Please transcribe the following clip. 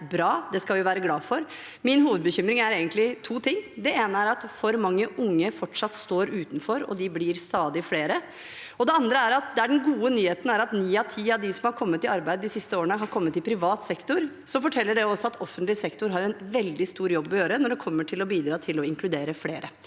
Det skal vi være glade for. Min hovedbekymring er egentlig to ting. Det ene er at for mange unge fortsatt står utenfor, og de blir stadig flere. Det andre er at der den gode nyheten er at ni av ti av dem som har kommet i arbeid de siste årene, har kommet i arbeid i privat sektor, forteller det også at offentlig sektor har en veldig stor jobb å gjøre når det gjelder å bidra til å inkludere flere.